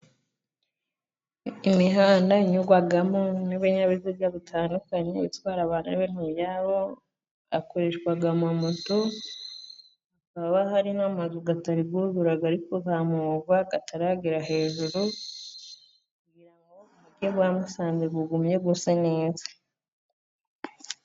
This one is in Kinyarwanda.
Imihanda inyurwamo n'ibinyabiziga bitandukanye itwara abantu n'ibintu byabo, akoreshwa moto, hakaba hari n'amazu atari yuzura, ari kuzamurwa ataragera hejuru, kugira ngo Umujyi wa Musanze ugumye gusa neza.